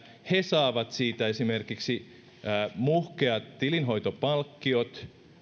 he saavat siitä esimerkiksi muhkeat tilinhoitopalkkiot